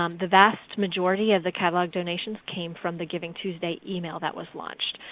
um the vast majority of the catalog donations came from the givingtuesday email that was launched.